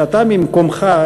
שאתה ממקומך,